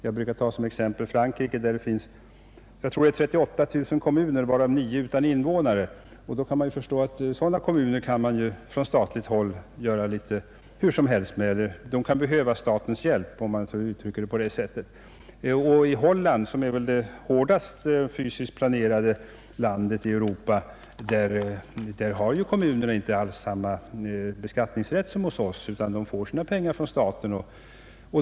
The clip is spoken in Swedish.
Själv brukar jag som exempel ta Frankrike där det efter vad jag minns finns 38 000 kommuner, varav nio utan någon invånare. Det är förståeligt att staten kan göra litet hur som helst med sådana kommuner; eller de kan behöva statens hjälp, om man uttrycker saken på det sättet. I Holland som fysiskt sett är det hårdast planerade landet i Europa har kommunerna inte alls samma beskattningsrätt som hos oss, utan de får sina pengar från staten.